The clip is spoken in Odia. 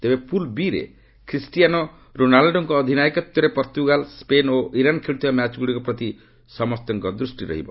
ତେବେ ପୁଲ୍ ବି'ରେ ଖ୍ରୀଷ୍ଟିଆନୋ ରୋନାଲ୍ଡୋଙ୍କ ଅଧିନାୟକତ୍ୱରେ ପର୍ତ୍ତୁଗାଲ୍ ସ୍କେନ୍ ଓ ଇରାନ୍ ଖେଳୁଥିବା ମ୍ୟାଚ୍ଗୁଡ଼ିକ ପ୍ରତି ସମସ୍ତଙ୍କ ଦୃଷ୍ଟି ରହିବ